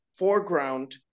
foreground